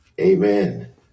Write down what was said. Amen